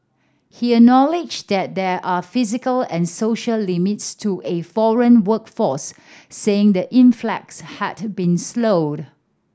he acknowledged that there are physical and social limits to a foreign workforce saying the influx had been slowed